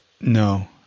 no